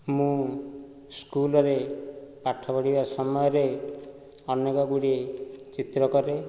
ମୁଁ ସ୍କୁଲରେ ପାଠ ପଢ଼ିବା ସମୟରେ ଅନେକ ଗୁଡ଼ିଏ ଚିତ୍ର କରେ